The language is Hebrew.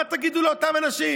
מה תגידו לאותם אנשים,